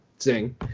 Zing